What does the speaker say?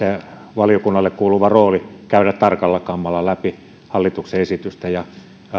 valiokunnalle kuuluva rooli käydä tarkalla kammalla läpi hallituksen esitystä ja